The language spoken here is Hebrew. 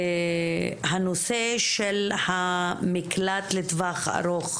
הנושא של המקלט לטווח ארוך,